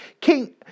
king